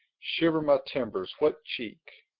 shiver my timbers, what cheek!